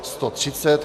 130.